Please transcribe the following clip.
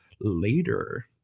later